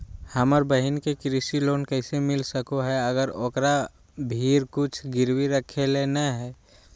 हमर बहिन के कृषि लोन कइसे मिल सको हइ, अगर ओकरा भीर कुछ गिरवी रखे ला नै हइ?